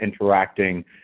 interacting